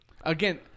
again